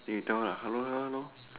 then you tell lah hello hello hello